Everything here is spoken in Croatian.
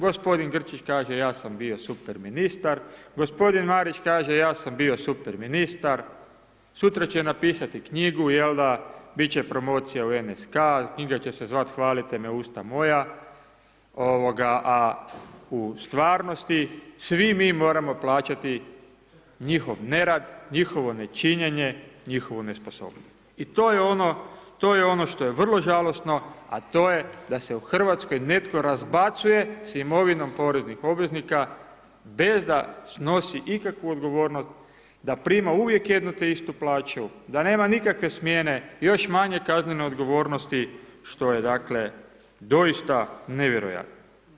Gospodin Grčić kaže ja sam bio super ministar, gospodin Marić kaže ja sam bio super ministar, sutra će napisati knjigu jel da, bit će promocija u NSK, knjiga će se zvati Hvalite me usta moja, ovoga, a u stvarnosti svi mi moramo plaćati njihov nerad, njihovo nečinjenje, njihovu nesposobnost, i to je ono, to je ono što je vrlo žalosno, a to je da se u Hrvatskoj netko razbacuje s imovinom poreznih obveznika bez da snosi ikakvu odgovornost, da prima uvijek jednu te istu plaću, da nema nikakve smjene, još manje kaznene odgovornosti što je dakle, doista nevjerojatno.